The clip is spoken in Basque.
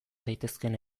daitezkeen